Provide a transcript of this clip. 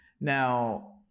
Now